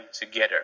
together